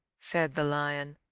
said the lion,